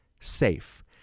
SAFE